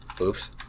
Oops